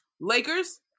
Lakers